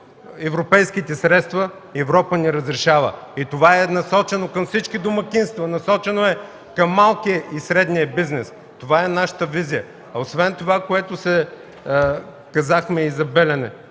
европейските средства, Европа ни разрешава! Това е насочено към всички домакинства, насочено е към малкия и средния бизнес. Това е нашата визия. Освен това, което казахме и за „Белене”,